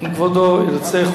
אם כבודו ירצה,